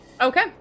Okay